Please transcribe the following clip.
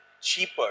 cheaper